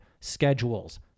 schedules